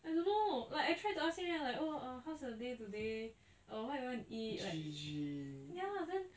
I don't know like I tried to ask him then like oh how's your day today oh what you want to eat ya then